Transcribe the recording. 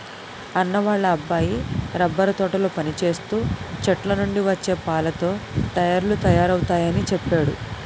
అన్నా వాళ్ళ అబ్బాయి రబ్బరు తోటలో పనిచేస్తూ చెట్లనుండి వచ్చే పాలతో టైర్లు తయారవుతయాని చెప్పేడు